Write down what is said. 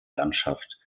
landschaft